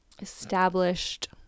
established